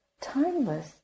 timeless